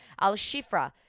Al-Shifra